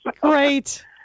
Great